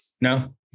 no